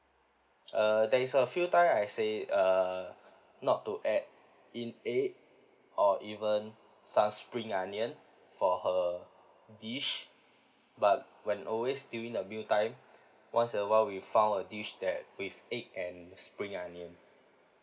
uh there is a few time I said uh not to add in egg or even some spring onion for her dish but when always during the meal time once a while we found a dish that with egg and spring onion